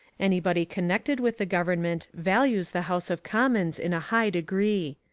anybody connected with the government values the house of commons in a high degree.